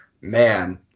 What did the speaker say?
man